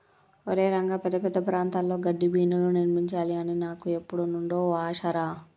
ఒరై రంగ పెద్ద ప్రాంతాల్లో గడ్డిబీనులు నిర్మించాలి అని నాకు ఎప్పుడు నుండో ఓ ఆశ రా